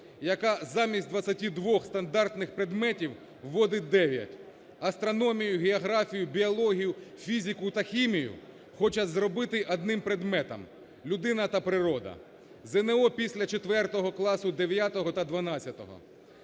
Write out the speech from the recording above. яка замість 22-ох стандартних предметів вводить 9. Астрономію, географію, біологію, фізику та хімію хочуть зробити одним предметом: "Людина та природа". ЗНО після четвертого